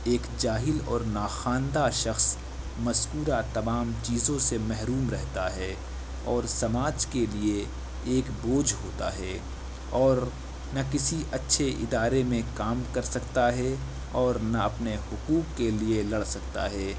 ایک جاہل اور ناخواندہ شخص مذکورہ تمام چیزوں سے محروم رہتا ہے اور سماج کے لیے ایک بوجھ ہوتا ہے اور نہ کسی اچھے ادارے میں کام کر سکتا ہے اور نہ اپنے حقوق کے لیے لڑ سکتا ہے